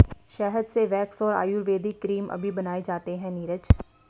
शहद से वैक्स और आयुर्वेदिक क्रीम अभी बनाए जाते हैं नीरज